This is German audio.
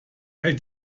hält